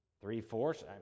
three-fourths